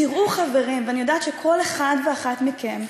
תראו, חברים, אני יודעת שכל אחד ואחת מכם,